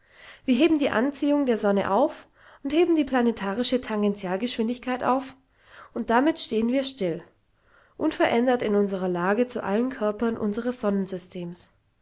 wir heben die anziehung der sonne auf und heben die planetarische tangentialgeschwindigkeit auf und damit stehen wir still unverändert in unsrer lage zu allen körpern unsres sonnensystems